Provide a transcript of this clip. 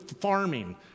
farming